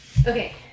Okay